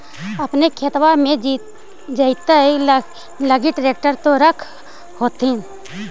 अपने खेतबा मे जोते लगी ट्रेक्टर तो रख होथिन?